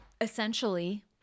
essentially